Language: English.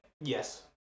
Yes